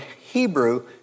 Hebrew